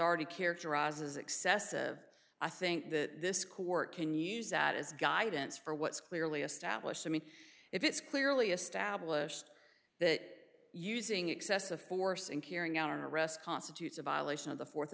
already characterizes excessive i think that this court can use that as guidance for what's clearly established i mean if it's clearly established that using excessive force in carrying out an arrest constitutes a violation of the fourth